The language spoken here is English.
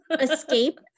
escape